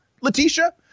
Letitia